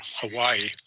Hawaii